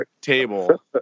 table